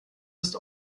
ist